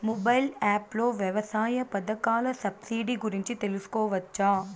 Mobile app లో వ్యవసాయ పథకాల సబ్సిడి గురించి తెలుసుకోవచ్చా?